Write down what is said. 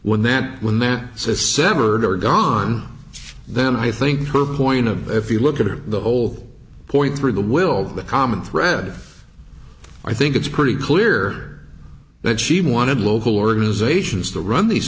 when then when that says severed are gone then i think her point of if you look at her the whole point through the will the common thread i think it's pretty clear that she wanted local organizations to run these